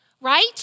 right